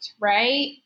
right